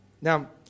Now